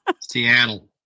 Seattle